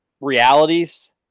realities